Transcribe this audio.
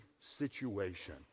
situation